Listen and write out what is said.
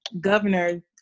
governor